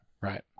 right